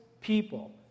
people